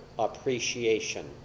appreciation